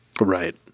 Right